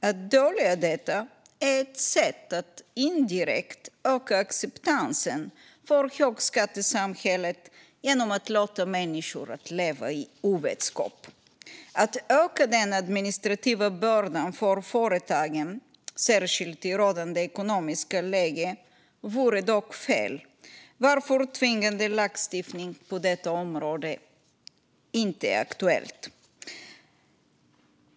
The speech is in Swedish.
Att dölja detta är ett sätt att indirekt öka acceptansen för högskattesamhället genom att låta människor leva i ovetskap. Att öka den administrativa bördan för företagen, särskilt i rådande ekonomiska läge, vore dock fel, varför tvingande lagstiftning på detta område inte är aktuellt.